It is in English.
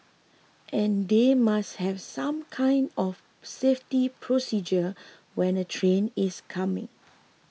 and they must have some kind of safety procedure when a train is coming